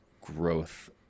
growth